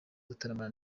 gutaramana